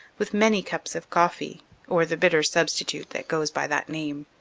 with many cups of coffee or the bitter substitute that goes by that name.